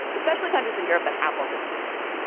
especially countries in europe, that have more fiscal space